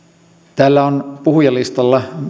täällä on puhujalistalla